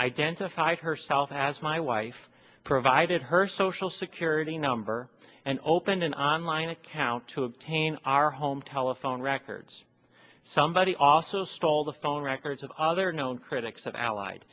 identified herself as my wife provided her social security number and opened an online account to obtain our home telephone records somebody also stole the phone records of other known critics of allied